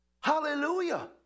hallelujah